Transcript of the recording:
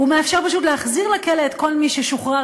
הוא מאפשר פשוט להחזיר לכלא את כל מי ששוחרר,